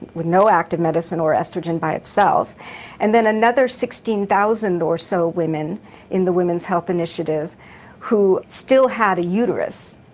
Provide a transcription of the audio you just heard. with no active medicine, or oestrogen by itself and then another sixteen thousand or so women in the women's health initiative who still had a uterus,